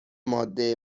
ماده